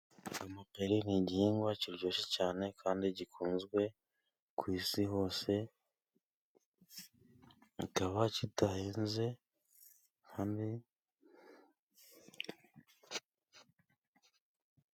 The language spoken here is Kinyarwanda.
Amaperi ni igihingwa kiryoshye cyane kandi gikunzwe ku isi hose, kikaba kidahenze kandi...